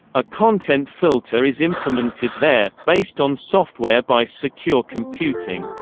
a content filter is implemented there, based on software by secure computing.